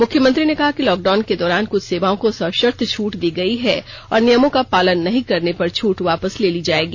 मुख्यमंत्री ने कहा कि लॉकडाउन के दौरान कृछ सेवाओं को सषर्त छूट दी गई है और नियमों का पालन नहीं करने पर छूट वापस ले ली जायेगी